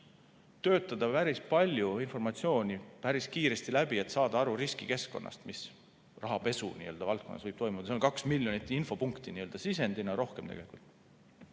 töötada päris palju informatsiooni päris kiiresti läbi, et saada aru riskikeskkonnast, mis rahapesu valdkonnas võib toimuda. See on 2 miljonit infopunkti sisendina, rohkemgi.